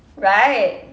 right